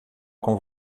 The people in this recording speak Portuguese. com